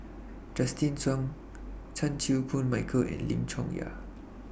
Justin Zhuang Chan Chew Koon Michael and Lim Chong Yah